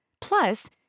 Plus